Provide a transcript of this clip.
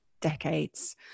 decades